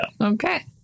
okay